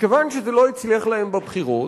וכיוון שזה לא הצליח להם בבחירות,